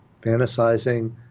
fantasizing